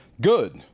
Good